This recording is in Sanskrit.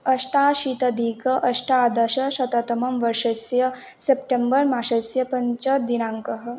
अष्टाशीत्यधिकं अष्टादशशततमं वर्षस्य सेप्टेम्बर् मासस्य पञ्चदिनाङ्कः